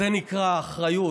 זה נקרא אחריות.